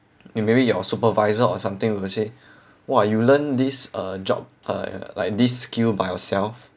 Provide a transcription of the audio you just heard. maybe your supervisor or something will say !wah! you learn this uh job uh like this skill by yourself